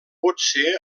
potser